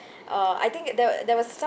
uh I think there was there was some